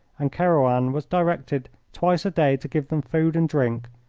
and kerouan was directed twice a day to give them food and drink.